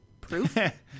proof